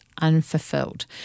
unfulfilled